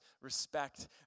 respect